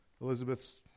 Elizabeth's